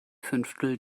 fünftel